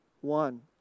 one